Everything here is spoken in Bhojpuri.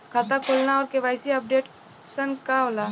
खाता खोलना और के.वाइ.सी अपडेशन का होला?